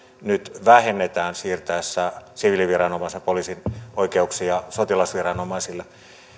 nyt vähennetään siirrettäessä siviiliviranomaisen poliisin oikeuksia sotilasviranomaisille